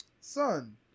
son